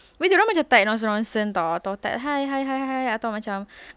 tapi dia orang macam type nonsense tau macam hi hi hi hi macam